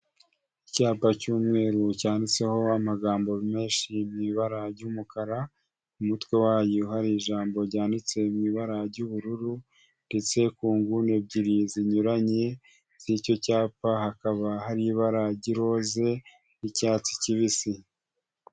Icyapa cy'umweru cyanditseho amagambo menshi mw'ibara ry'umukara ku mutwe wacyo hari ijambo ryanditse mu ibara ry'ubururu ndetse ku nguni ebyiri zinyuranye z'icyo cyapa hakaba hari ibara ry'iroroze n'icyatsi kibisi.